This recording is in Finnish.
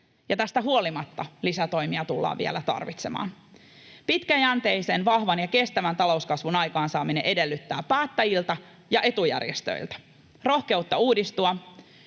Tästä huolimatta lisätoimia tullaan vielä tarvitsemaan. Pitkäjänteisen, vahvan ja kestävän talouskasvun aikaansaaminen edellyttää päättäjiltä ja etujärjestöiltä rohkeutta uudistua,